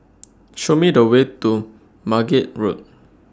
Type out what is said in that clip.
Show Me The Way to Margate Road